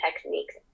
techniques